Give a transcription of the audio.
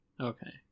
Okay